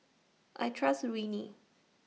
I Trust Rene